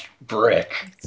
brick